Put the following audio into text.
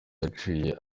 yaciwe